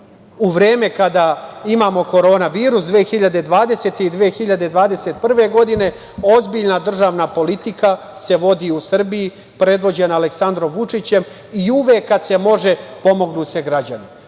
U vreme kada imamo korona virus 2020. i 2021. godine, ozbiljna državna politika se vodi u Srbiji predvođena Aleksandrom Vučićem i uvek kad se može pomognu se građani.